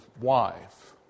wife